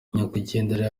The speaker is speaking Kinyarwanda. nyakwigendera